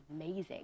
amazing